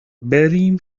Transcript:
بریم